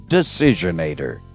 Decisionator